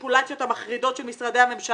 והמניפולציות המחרידות של משרדי הממשלה,